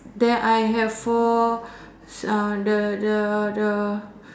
there I have four uh the the the